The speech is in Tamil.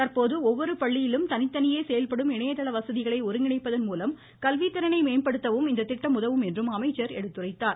தற்போது ஒவ்வொரு பள்ளியிலும் தனித்தனியே செயல்படும் இணையதள வசதிகளை ஒருங்கிணைப்பதன்மூலம் கல்வித்திறனை மேம்படுத்தவும் இத்திட்டம் உதவும் என்றும் அமைச்சர் எடுத்துரைத்தார்